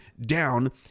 down